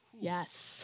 yes